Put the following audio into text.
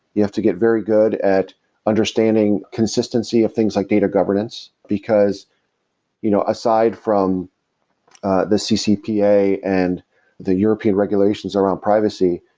you have to get very good at understanding consistency of things, like data governance, because you know aside from the ccpa and the european regulations around around privacy,